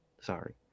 Sorry